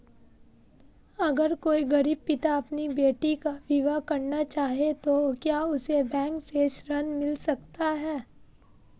अगर कोई गरीब पिता अपनी बेटी का विवाह करना चाहे तो क्या उसे बैंक से ऋण मिल सकता है?